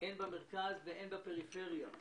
הן במרכז והן בפריפריה,